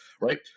Right